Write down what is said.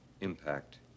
impact